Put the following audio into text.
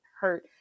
hurt